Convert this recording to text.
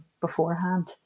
beforehand